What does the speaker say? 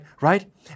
right